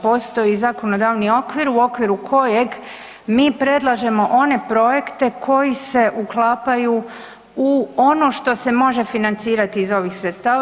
Postoji zakonodavni okvir u okviru kojeg mi predlažemo one projekte koji se uklapaju u ono što se može financirati iz ovih sredstava.